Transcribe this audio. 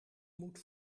moet